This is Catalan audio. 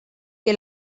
que